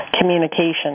communication